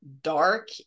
dark